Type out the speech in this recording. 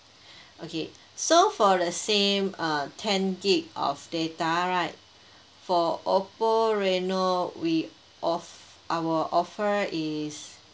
okay so for the same uh ten G_B of data right for oppo reno we our offer is